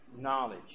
knowledge